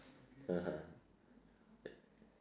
(uh huh)